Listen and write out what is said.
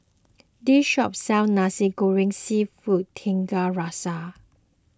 this shop sells Nasi Goreng Seafood Tiga Rasa